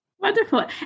Wonderful